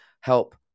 help